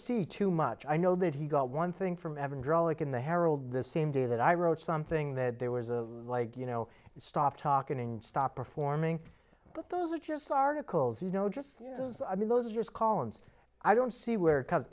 see too much i know and he got one thing from evan draw like in the herald the same day that i wrote something that there was a like you know stop talking and stop performing but those are just articles you know just i mean those columns i don't see where it comes